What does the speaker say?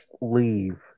leave